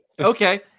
Okay